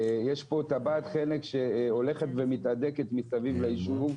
יש פה טבעת חנק שהולכת ומתהדקת מסביב ליישוב,